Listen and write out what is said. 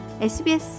SBS